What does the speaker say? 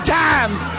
times